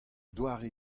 doare